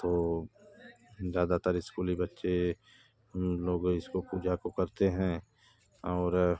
तो ज़्यादातर इस्कूली बच्चे उन लोग इसको पूजा को करते हैं और